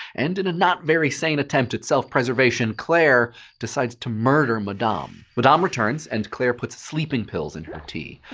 and in a not very sane attempt at self-preservation, claire decides to murder madame. madame returns, and claire puts sleeping pills into and her tea.